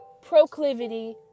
proclivity